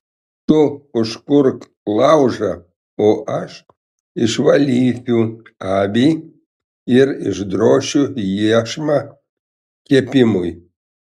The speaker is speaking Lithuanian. tu užkurk laužą o aš išvalysiu avį ir išdrošiu iešmą kepimui